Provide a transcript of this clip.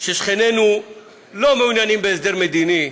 ששכנינו לא מעוניינים בהסדר מדיני,